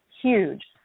Huge